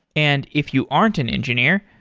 and if you aren't an engineer,